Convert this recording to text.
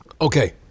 Okay